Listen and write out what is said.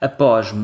Após